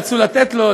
רצו לתת לו,